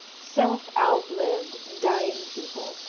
self-outlived, dying people.